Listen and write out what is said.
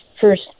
first